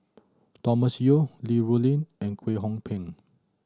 Thomas Yeo Li Rulin and Kwek Hong Png